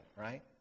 right